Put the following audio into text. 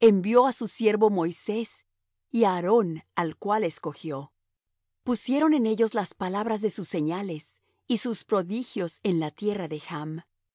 envió á su siervo moisés y á aarón al cual escogió pusieron en ellos las palabras de sus señales y sus prodigios en la tierra de chm